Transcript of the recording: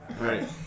Right